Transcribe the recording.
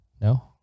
No